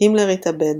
הימלר התאבד,